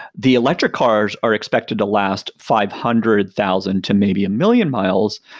the electric cars are expected to last five hundred thousand to maybe a million miles,